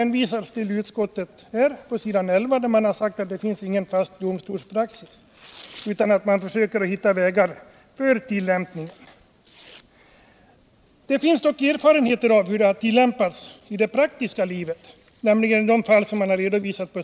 Någon fast domstolspraxis finns inte, utan man försöker hitta vägar för tillämpningen av reglerna. Det finns dock vissa erfarenheter av hur dessa tillämpats i det praktiska livet, vilka redovisas i betänkandet.